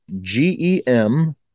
GEM